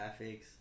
graphics